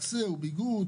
מחסה וביגוד,